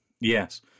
Yes